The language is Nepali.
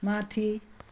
माथि